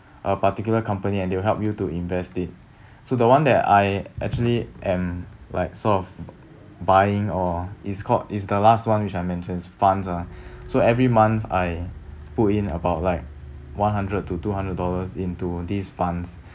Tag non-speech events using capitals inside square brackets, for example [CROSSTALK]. a particular company and they will help you to invest it [BREATH] so the one that I actually um like sort of buy buying or is called is the last one which I mentioned is funds ah [BREATH] so every month I put in about like one hundred to two hundred dollars into these funds [BREATH]